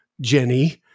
Jenny